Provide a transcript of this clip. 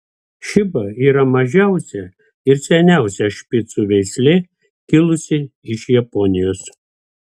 šiba yra mažiausia ir seniausia špicų veislė kilusi iš japonijos